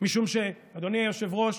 אדוני היושב-ראש,